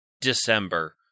December